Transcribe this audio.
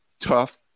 Tough